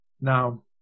Now